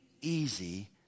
easy